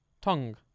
Tongue